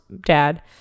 dad